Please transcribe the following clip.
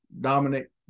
Dominic